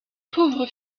pauvre